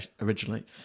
originally